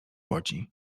łodzi